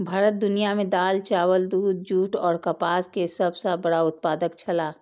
भारत दुनिया में दाल, चावल, दूध, जूट और कपास के सब सॉ बड़ा उत्पादक छला